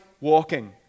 walking